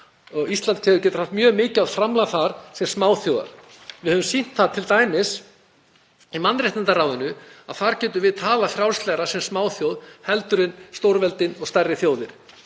Ísland getur átt mjög mikilvægt framlag þar sem smáþjóð. Við höfum sýnt það, t.d. í mannréttindaráðinu, að þar getum við talað frjálslegar sem smáþjóð heldur en stórveldin og stærri þjóðir.